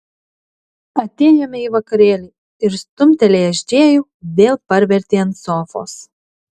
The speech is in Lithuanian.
atėjome į vakarėlį ir stumtelėjęs džėjų vėl parvertė ant sofos